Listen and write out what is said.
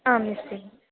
आम् निश्चयेन